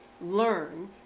learn